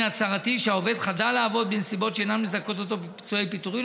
הצהרתי שהעובד חדל לעבוד בנסיבות שאינן מזכות אותו בפיצויי פיטורין,